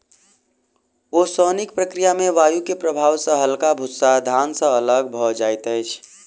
ओसौनिक प्रक्रिया में वायु के प्रभाव सॅ हल्का भूस्सा धान से अलग भअ जाइत अछि